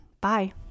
Bye